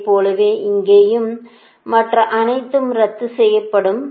அதுபோலவே இங்கேயும் மற்ற அனைத்தும் ரத்து செய்யப்படும்